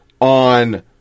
on